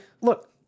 look